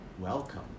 welcome